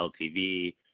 LTV